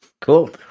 Cool